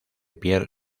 pierre